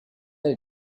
are